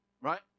Right